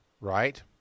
right